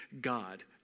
God